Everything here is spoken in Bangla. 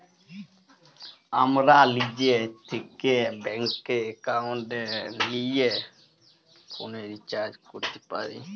আমরা লিজে থ্যাকে ব্যাংক একাউলটে লিয়ে ফোলের রিচাজ ক্যরতে পারি